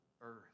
earth